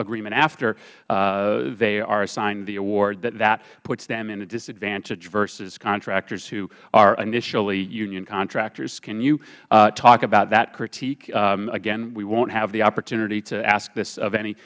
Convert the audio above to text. agreement after they are assigned the award that that puts them at a disadvantage versus contractors who are initially union contractors can you talk about that critique again we won't have the opportunity to ask this of any